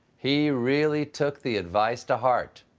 he really took the advice to heart.